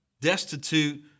destitute